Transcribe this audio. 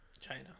China